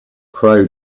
crow